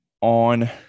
on